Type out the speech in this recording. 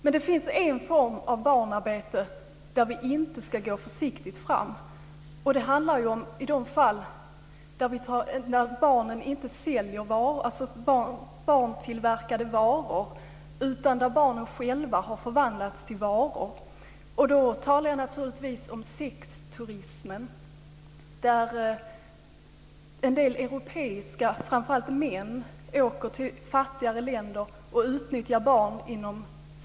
Men det finns en form av barnarbete som vi inte ska gå försiktigt fram med. Det handlar om de fall när det inte är fråga om att barn tillverkar varor för försäljning utan där barnen själva har förvandlats till varor. Jag talar då om sexturismen. En del européer, framför allt män, åker till fattiga länder och utnyttjar barn där.